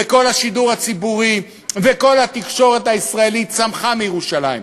וכל השידור הציבורי וכל התקשורת הישראלית צמחו מירושלים.